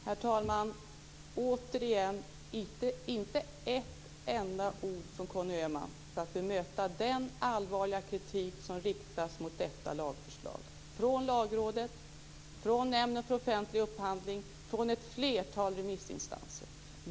Herr talman! Återigen: Inte ett enda ord från Conny Öhman för att bemöta den allvarliga kritik som riktas mot detta lagförslag, från Lagrådet, från Nämnden för offentlig upphandling och ett flertal remissinstanser.